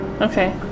Okay